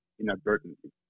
inadvertently